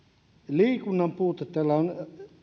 liikunnan puute täällä on